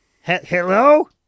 Hello